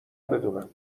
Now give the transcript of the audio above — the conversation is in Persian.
بدونم